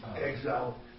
Exile